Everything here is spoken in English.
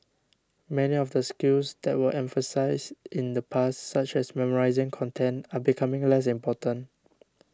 many of the skills that were emphasised in the past such as memorising content are becoming less important